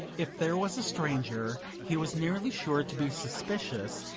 if there was a stranger he was nearly sure to be suspicious,